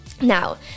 Now